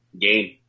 game